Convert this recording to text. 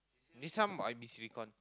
this one might be silicon